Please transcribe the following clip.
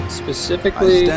specifically